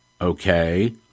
Okay